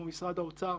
כמו למשל משרד האוצר,